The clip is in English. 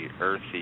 earthy